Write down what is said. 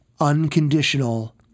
unconditional